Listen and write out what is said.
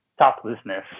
toplessness